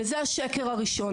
וזה השקר הראשון.